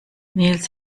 nils